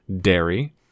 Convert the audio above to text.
dairy